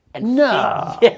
No